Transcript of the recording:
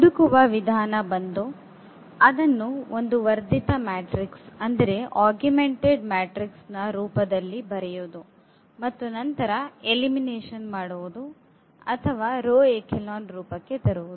ಹುಡುಕುವ ವಿಧಾನ ಬಂದು ಅದನ್ನು ವರ್ಧಿತ ಮ್ಯಾಟ್ರಿಕ್ಸ್ ರೂಪದಲ್ಲಿ ಬರೆಯುವುದು ಮತ್ತು ನಂತರ ಎಲಿಮಿನೇಷನ್ ಮಾಡುವುದು ಅಥವಾ ರೋ ಎಚೆಲಾನ್ ರೂಪಕ್ಕೆ ತರುವುದು